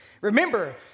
Remember